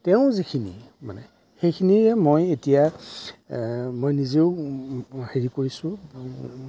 তেওঁৰ যিখিনি মানে সেইখিনিৰে মই এতিয়া মই নিজেও হেৰি কৰিছোঁ